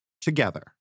together